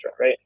right